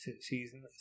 season